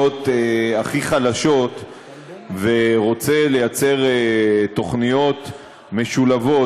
הכי חלשות ורוצה לייצר תוכניות משולבות,